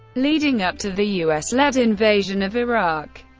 leading up to the u s led invasion of iraq,